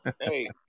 Hey